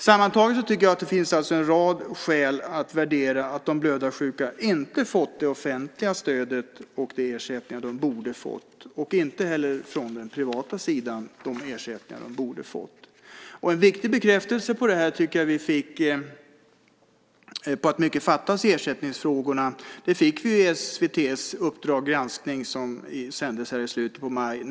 Sammantaget finns det en rad skäl att värdera att de blödarsjuka inte har fått det offentliga stöd och den ersättning de borde ha fått. De har inte heller från den privata sidan fått de ersättningar som de borde ha fått. En viktig bekräftelse på att mycket fattas i ersättningsfrågorna fick vi i SVT:s Uppdrag granskning som sändes i slutet av maj.